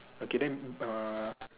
okay then uh